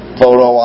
photo